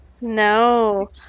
No